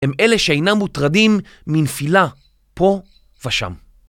הם אלה שאינם מוטרדים מנפילה פה ושם.